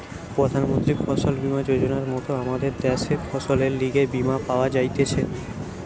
প্রধান মন্ত্রী ফসল বীমা যোজনার মত আমদের দ্যাশে ফসলের লিগে বীমা পাওয়া যাইতেছে